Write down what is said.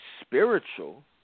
spiritual